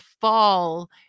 fall